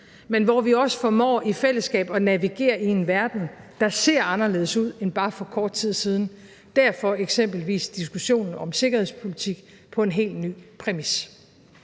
men hvor vi også formår i fællesskab at navigere i en verden, der ser anderledes ud end for bare kort tid siden – derfor eksempelvis diskussionen om sikkerhedspolitik på en helt ny præmis.